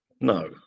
No